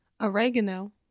Oregano